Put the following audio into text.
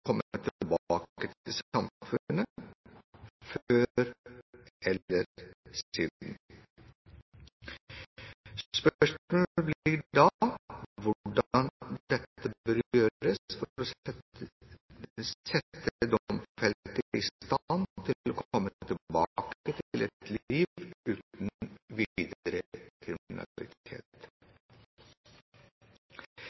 tilbake til samfunnet før eller siden. Spørsmålet blir da hvordan dette bør gjøres for å sette domfelte i stand til å komme tilbake til et liv uten videre